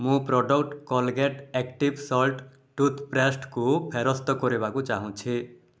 ମୁଁ product Colgate active salt tooth ପେଷ୍ଟ୍କୁ ଫେରସ୍ତ କରିବାକୁ ଚାହୁଁଛି